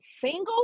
single